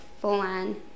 full-on